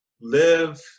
live